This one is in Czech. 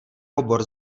obor